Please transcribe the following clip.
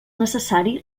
necessari